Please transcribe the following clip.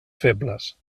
febles